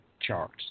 charts